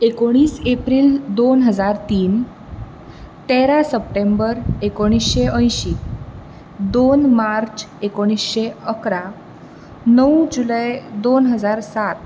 एकुणीस एप्रील दोन हजार तीन तेरा सप्टेंबर एकुणीशें अंयशी दोन मार्च एकुणीशें अकरा णव जुलय दोन हजार सात